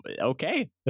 okay